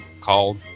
called